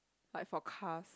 like for cars